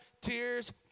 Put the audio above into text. tears